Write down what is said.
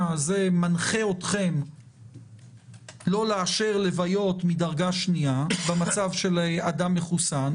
מנחה אתכם לא לאשר יציאה להלוויות מדרגה שנייה במצב של אדם מחוסן,